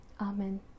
Amen